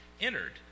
entered